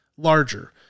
Larger